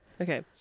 Okay